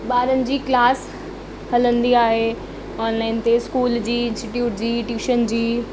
ॿारनि जी क्लास हलंदी आहे ऑनलाइन ते स्कूल जी इंस्टीट्यूट जी ट्यूशन जी